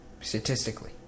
statistically